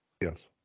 Yes